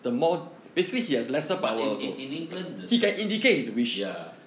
but i~ in in england th~ th~ ya